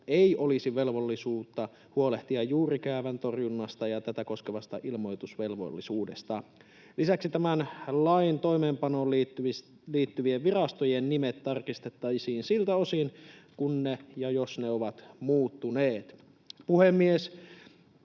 ei olisi velvollisuutta huolehtia juurikäävän torjunnasta ja tätä koskevasta ilmoitusvelvollisuudesta. Lisäksi tämän lain toimeenpanoon liittyvien virastojen nimet tarkistettaisiin siltä osin, kun ja jos ne ovat muuttuneet.